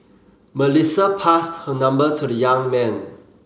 Melissa passed her number to the young man